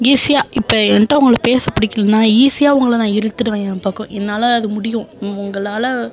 ஈஸியாக இப்போ என்கிட்ட உங்களுக்கு பேச பிடிக்கிலனா ஈஸியா உங்களை நான் இழுத்துடுவேன் ஏன் பக்கம் என்னால் அது முடியும் உங்களால்